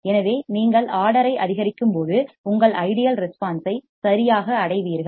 எனவே நீங்கள் ஆர்டர் ஐ அதிகரிக்கும்போது உங்கள் ஐடியல் ரெஸ்பான்ஸ் ஐ சரியாக அடைவீர்கள்